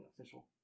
official